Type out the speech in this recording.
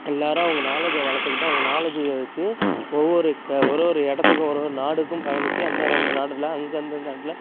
எல்லாரும் அவங்க நாலேஜை வளர்த்துக்கிட்டு அவங்க நாலேஜியை வச்சி ஒவ்வொரு ஒரு ஒரு இடத்துக்கும் ஒரு ஒரு நாடுக்கும் பயணிச்சு அந்த அந்த நாடுல அங்கே அந்தந்த நாட்டில